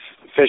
fish